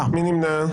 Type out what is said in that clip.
מי נמנע?